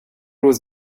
was